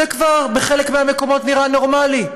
זה כבר בחלק מהמקומות נראה נורמלי.